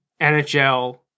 NHL